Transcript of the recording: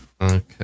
Okay